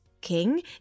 king